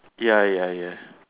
ya ya ya